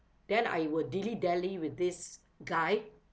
then I will dilly dally with this guy